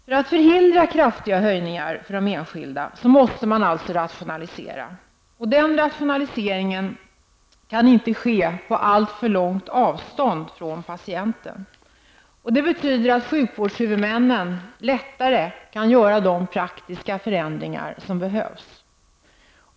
För att förhindra kraftiga höjningar för de enskilda, måste man rationalisera. Den rationaliseringen kan inte ske på alltför långt avstånd från patienten. Det betyder att sjukvårdshuvudmännen lättare kan göra de praktiska förändringar som behövs.